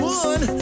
one